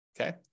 okay